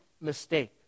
mistake